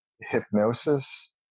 hypnosis